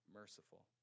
merciful